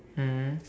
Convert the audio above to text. mm